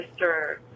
Mr